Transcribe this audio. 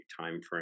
timeframe